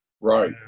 Right